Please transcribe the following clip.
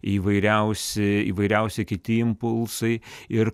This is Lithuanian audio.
įvairiausi įvairiausi kiti impulsai ir